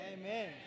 Amen